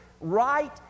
right